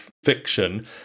fiction